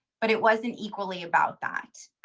but it wasn't equally about that.